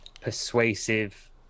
persuasive